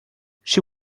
she